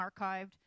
archived